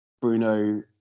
Bruno